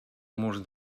murs